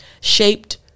shaped